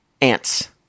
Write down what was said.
Ants